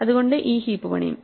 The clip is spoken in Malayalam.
അതുകൊണ്ട് ഈ ഹീപ്പ് പണിയും